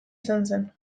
zen